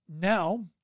Now